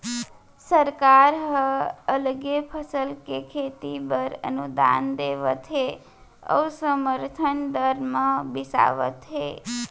सरकार ह अलगे फसल के खेती बर अनुदान देवत हे अउ समरथन दर म बिसावत हे